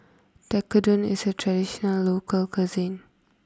Tekkadon is a traditional local cuisine